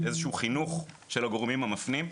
צריך איזשהו חינוך של הגורמים המפנים.